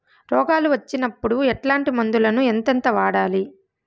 రోగాలు వచ్చినప్పుడు ఎట్లాంటి మందులను ఎంతెంత వాడాలి?